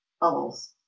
bubbles